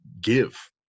give